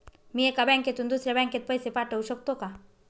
मी एका बँकेतून दुसऱ्या बँकेत पैसे पाठवू शकतो का?